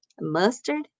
mustard